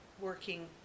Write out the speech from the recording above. working